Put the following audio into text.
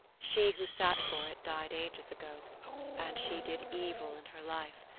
she who sat for it died ages ago and she did evil in her life.